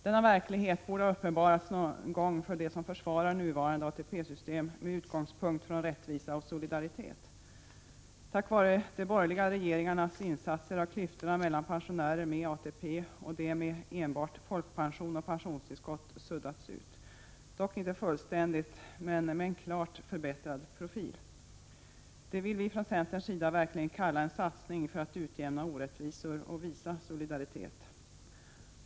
Denna verklighet borde ha uppenbarats någon gång för dem som försvarar nuvarande ATP-system med utgångspunkt från rättvisa och solidaritet. Tack vare de borgerliga regeringarnas insatser har klyftorna mellan pensionärer med ATP och pensionärer med enbart folkpension och pensionstillskott suddats ut, dock inte fullständigt. Profilen har emellertid klart förbättrats. Det vill vi från centerns sida kalla en verklig satsning för att utjämna orättvisor och visa solidaritet.